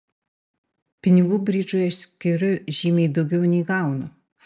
pinigų bridžui aš skiriu žymiai daugiau nei gaunu